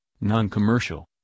Non-Commercial